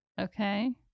Okay